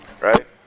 right